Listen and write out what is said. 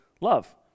love